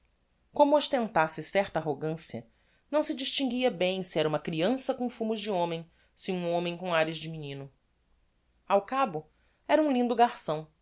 como ostentasse certa arrogancia não se distinguia bem se era uma criança com fumos de homem se um homem com ares de menino ao cabo era um lindo garção